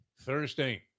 Thursday